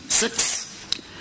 Six